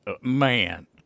man